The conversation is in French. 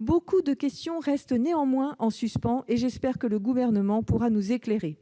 Beaucoup de questions restent néanmoins en suspens, et j'espère que le Gouvernement pourra nous éclairer.